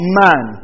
man